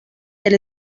del